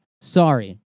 Sorry